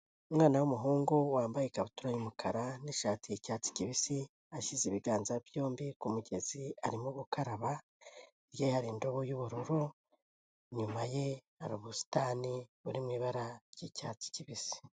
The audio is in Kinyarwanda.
Umwana w'umuhungu wambaye ikabutura y'umukara n'ishati y'icyatsi kibisi, ashyize ibiganza byombi ku kumugezi arimo gukaraba, hirya ye yari indobo y'ubururu, inyuma ye hari ubusitani buri mu ibara ry'icyatsi kibisi.